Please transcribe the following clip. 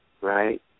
Right